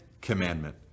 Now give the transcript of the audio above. commandment